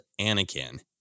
Anakin